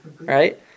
right